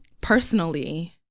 personally